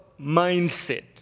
mindset